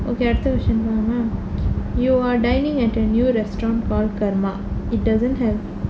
okay அடுத்த:adutha question போலாமா:polaamaa you are dining at a new restaurant called karma it doesn't have